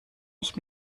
ich